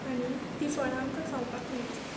आनी तीं फळां आमकां खावपाक मेळटलीं